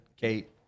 Kate